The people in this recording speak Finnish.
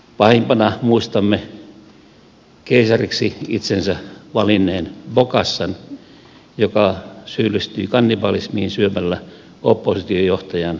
pahimpana muistamme keisariksi itsensä valinneen bokassan joka syyllistyi kannibalismiin syömällä oppositiojohtajan lihaa